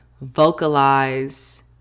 vocalize